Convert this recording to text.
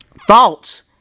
thoughts